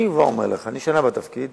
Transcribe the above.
אני שנה בתפקיד